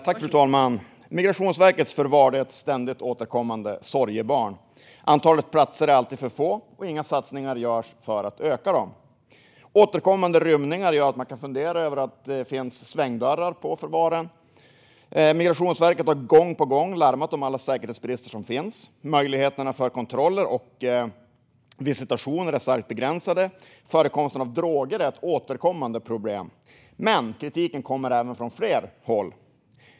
Fru talman! Migrationsverkets förvar är ett ständigt återkommande sorgebarn. Antalet platser är alltid för litet, och inga satsningar görs för att öka det. Återkommande rymningar gör att man kan fundera över om det finns svängdörrar på förvaren. Migrationsverket har gång på gång larmat om alla säkerhetsbrister som finns. Möjligheterna till kontroller och visitationer är starkt begränsade. Förekomsten av droger är ett återkommande problem. Men kritiken kommer även från fler håll.